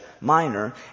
Minor